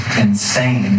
insane